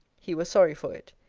he was sorry for it.